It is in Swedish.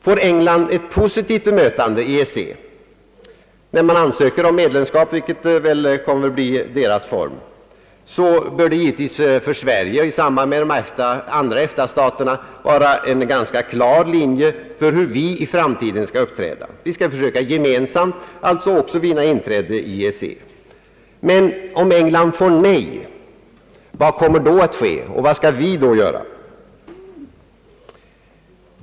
Får England ett positivt bemötande vid sin ansökan om medlemskap i EEC — det kommer väl att bli Englands form — bör det givetvis vara en ganska klar linje för Sveriges framtida upp trädande att vi i samverkan med de andra EFTA-staterna skall försöka gemensamt vinna inträde i EEC. Men vad kommer att ske om England får nej, och vad skall vi då göra?